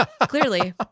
clearly